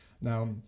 Now